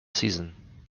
season